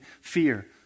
fear